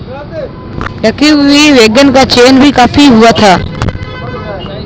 ढके हुए वैगन का चलन भी काफी हुआ था